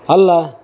ಅಲ್ಲ